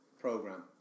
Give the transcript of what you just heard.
program